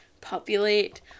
populate